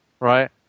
Right